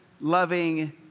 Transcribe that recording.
loving